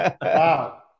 Wow